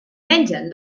mengen